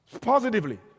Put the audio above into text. Positively